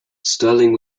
sterling